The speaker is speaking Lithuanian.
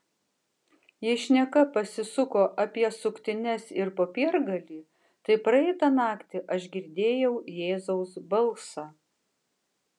jei šneka pasisuko apie suktines ir popiergalį tai praeitą naktį aš girdėjau jėzaus balsą